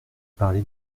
parlé